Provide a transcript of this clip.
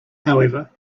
however